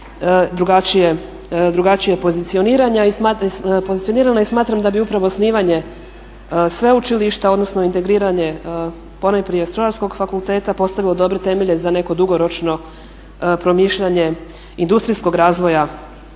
drugačije pozicionirana. I smatram da bi upravo osnivanje sveučilišta odnosno integriranje ponajprije Strojarskog fakulteta postavilo dobre temelje za neko dugoročno promišljanje industrijskog razvoja